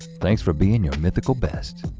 thanks for being your mythical best.